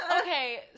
Okay